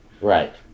Right